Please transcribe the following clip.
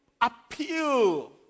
appeal